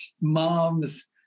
mom's